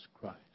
Christ